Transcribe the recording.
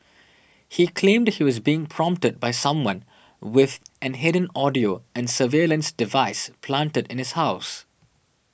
he claimed he was being prompted by someone with an hidden audio and surveillance device planted in his house